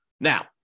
Now